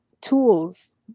tools